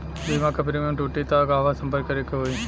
बीमा क प्रीमियम टूटी त कहवा सम्पर्क करें के होई?